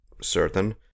certain